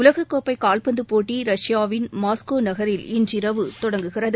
உலகக்கோப்பை கால்பந்து போட்டி ரஷ்யாவின் மாஸ்கோ நகரில் இன்றிரவு தொடங்குகிறது